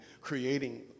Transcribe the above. creating